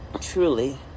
truly